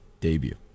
debut